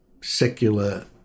secular